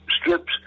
strips